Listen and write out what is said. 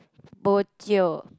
bojio